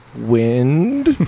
wind